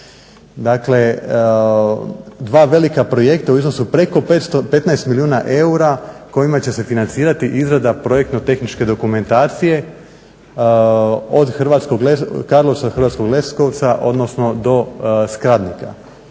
dva velika projekta u iznosu 15 milijuna eura kojima će se financirati izrada projektno tehničke dokumentacije od Karlovaca, Hrvatskog Leskovca odnosno do Skradnika.